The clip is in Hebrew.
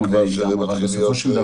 שזה מתחיל להיות ----- ויש לפעמים קשיים,